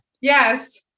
Yes